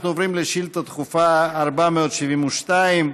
אנחנו עוברים לשאילתה דחופה מס' 477,